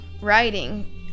writing